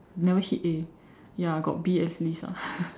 never hit A ya got B at least lah